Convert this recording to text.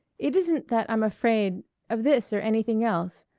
it isn't that i'm afraid of this or anything else.